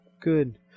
Good